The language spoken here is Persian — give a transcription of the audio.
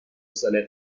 سالهای